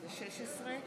מי עוד רוצה להצטרף?